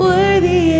Worthy